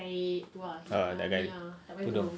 ah tak pakai tudung